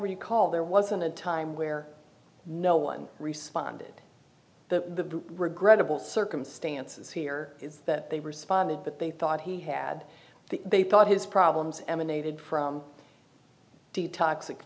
recall there wasn't a time where no one responded the regrettable circumstances here is that they responded that they thought he had the they thought his problems emanated from the toxic